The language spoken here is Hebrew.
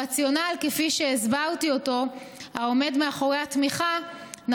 הרציונל העומד מאחורי התמיכה כפי שהסברתי